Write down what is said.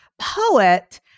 poet